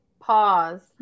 pause